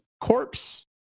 corpse